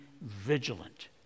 vigilant